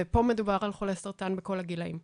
ופה מדובר על חולי סרטן בכל הגילאים,